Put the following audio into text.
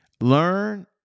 Learn